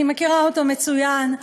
אני מכירה אותו מצוין,